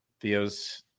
Theo's